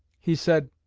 he said,